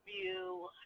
view